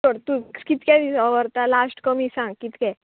सोड तूं कितके दिसा व्हरता लास्ट कमी सांग कितके